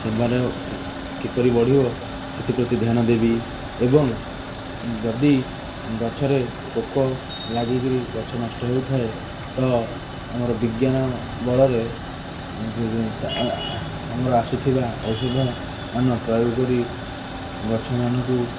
ସେମାନେ କିପରି ବଢ଼ିବେ ସେଥିପ୍ରତି ଧ୍ୟାନ ଦେବି ଏବଂ ଯଦି ଗଛରେ ପୋକ ଲାଗିକି ଗଛ ନଷ୍ଟ ହେଉଥାଏ ତ ଆମର ବିଜ୍ଞାନ ବଳରେ ଆମର ଆସୁଥିବା ଔଷଧମାନ ପ୍ରୟୋଗ କରି ଗଛମାନଙ୍କୁ